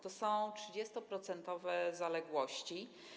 To są 30-procentowe zaległości.